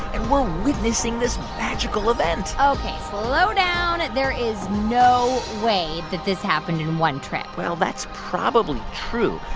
and we're witnessing this magical event ok, slow down. there is no way that this happened in one trip well, that's probably true.